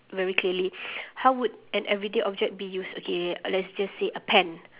very clearly how would an everyday object be used okay let's just say a pen